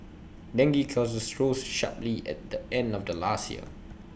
dengue cases rose sharply at the end of last year